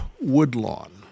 Woodlawn